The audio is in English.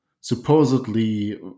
supposedly